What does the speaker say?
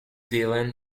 villain